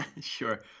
sure